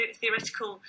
theoretical